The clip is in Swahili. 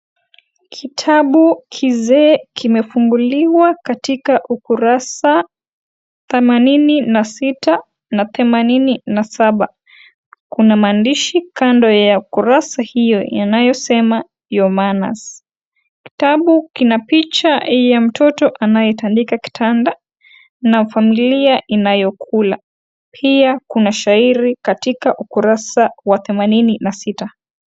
Kitabu, kizee, kimefumbuliwa katika ukurasa, themanini na sita, na themanini na saba, kuna maandishi kando ya kurasa hio, yanayosema, (cs) your manners(cs), kitabu kina picha ya mtoto, anayetandika kitanda, na familia inayokula, pia kuna shairi katika ukurasa, wa themanini, na sita.